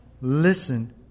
listen